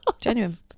genuine